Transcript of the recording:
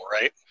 right